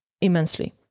immensely